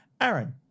Aaron